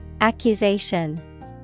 Accusation